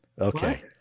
Okay